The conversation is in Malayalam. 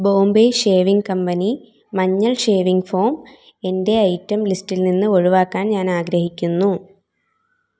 ബോംബെ ഷേവിംഗ് കമ്പനി മഞ്ഞൾ ഷേവിംഗ് ഫോം എന്റെ ഐറ്റം ലിസ്റ്റിൽ നിന്ന് ഒഴിവാക്കാൻ ഞാൻ ആഗ്രഹിക്കുന്നു